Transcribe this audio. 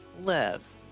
live